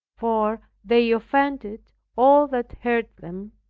for they offended all that heard them,